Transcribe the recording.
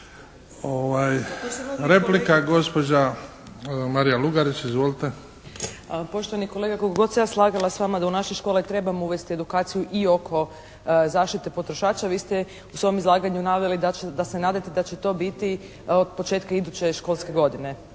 Replika, gospođa Marija Lugarić. Izvolite. **Lugarić, Marija (SDP)** Poštovani kolega, koliko god se ja slagala s vama da u naše škole trebamo uvesti edukaciju i oko zaštite potrošača vi ste u svom izlaganju naveli da se nadate da će to biti od početka iduće školske godine